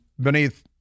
beneath